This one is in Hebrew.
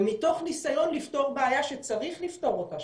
ומתוך ניסיון לפתור בעיה שצריך לפתור אותה,